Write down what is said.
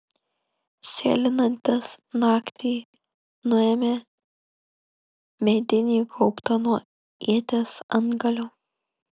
sėlinantis naktį nuėmė medinį gaubtą nuo ieties antgalio